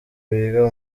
biga